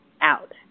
out